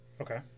Okay